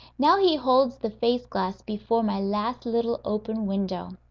now he holds the face-glass before my last little open window.